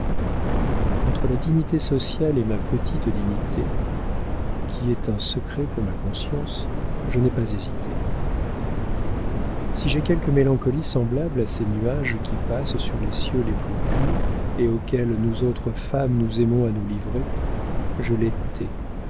entre la dignité sociale et ma petite dignité qui est un secret pour ma conscience je n'ai pas hésité si j'ai quelques mélancolies semblables à ces nuages qui passent sur les cieux les plus purs et auxquelles nous autres femmes nous aimons à nous livrer je les